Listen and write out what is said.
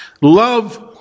love